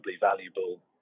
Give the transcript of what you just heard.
valuable